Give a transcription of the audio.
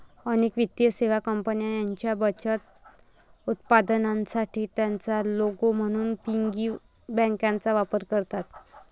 अनेक वित्तीय सेवा कंपन्या त्यांच्या बचत उत्पादनांसाठी त्यांचा लोगो म्हणून पिगी बँकांचा वापर करतात